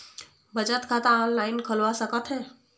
बचत खाता ऑनलाइन खोलवा सकथें?